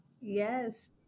Yes